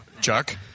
Chuck